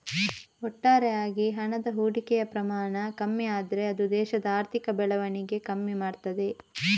ಒಟ್ಟಾರೆ ಆಗಿ ಹಣದ ಹೂಡಿಕೆಯ ಪ್ರಮಾಣ ಕಮ್ಮಿ ಆದ್ರೆ ಅದು ದೇಶದ ಆರ್ಥಿಕ ಬೆಳವಣಿಗೆ ಕಮ್ಮಿ ಮಾಡ್ತದೆ